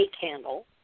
candle